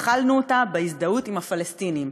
אכלנו אותה בהזדהות עם הפלסטינים.